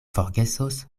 forgesos